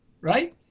right